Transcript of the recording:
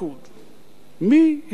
מי החליט על הדבר הזה?